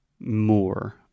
more